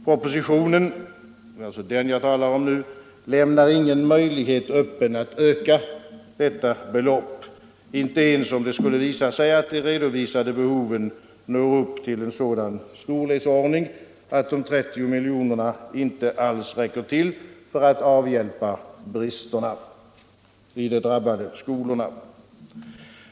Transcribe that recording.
Propositionen lämnar ingen möjlighet öppen att öka detta belopp — inte ens om det skulle visa sig att de redovisade behoven når upp till en sådan storleksordning att de 30 miljonerna inte - alls räcker till för att avhjälpa bristerna vid de drabbade skolorna.